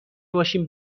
باشیم